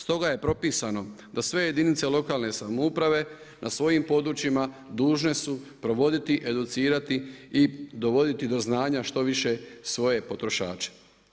Stoga je propisano da sve jedinica lokalne samouprave na svojim područjima dužne su provoditi educirati i dovoditi do znanja što više svoje potrošače.